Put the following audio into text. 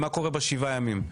מה קורה בשבעה ימים?